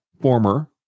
former